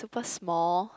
small